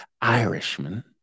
Irishman